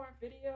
video